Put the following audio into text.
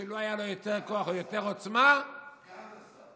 לו היו לו יותר כוח או יותר עוצמה --- סגן השר.